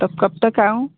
तब कब तक आऊँ